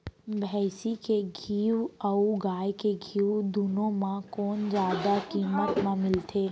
भैंसी के घीव अऊ गाय के घीव दूनो म कोन जादा किम्मत म मिलथे?